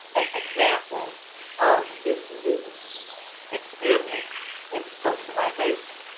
an example of this new experiment in socialization.